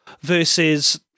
versus